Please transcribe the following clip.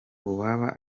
uwaba